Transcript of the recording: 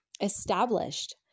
established